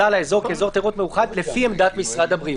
על האזור כאזור תיירות מיוחד לפי עמדת משרד הבריאות",